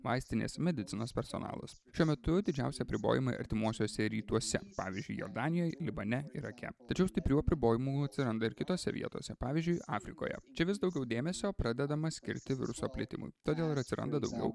vaistinės medicinos personalas šiuo metu didžiausi apribojimai artimuosiuose rytuose pavyzdžiui jordanijoj libane irake tačiau stiprių apribojimų atsiranda ir kitose vietose pavyzdžiui afrikoje čia vis daugiau dėmesio pradedama skirti viruso plitimui todėl ir atsiranda daugiau